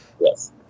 Yes